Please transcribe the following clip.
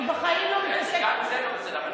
אני בחיים לא מתעסקת, גם זה לא בסדר.